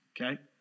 okay